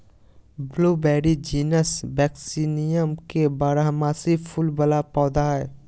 blueberry genus Vaccinium के बारहमासी फूल वला पौधा हइ